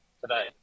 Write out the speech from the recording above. today